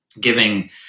giving